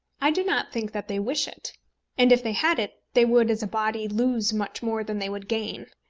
i do not think that they wish it and if they had it they would, as a body, lose much more than they would gain.